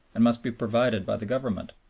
and must be provided by the government,